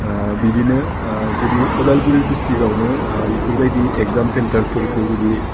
बिदिनो जुदि अदालगुरि डिस्ट्रिक्टआवनो बिफोरबायदि एग्जाम सेन्टारफोरखौ जुदि